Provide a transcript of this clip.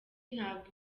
ntabwo